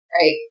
Right